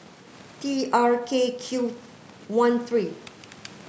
T R K Q one three